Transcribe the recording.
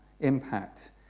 impact